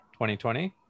2020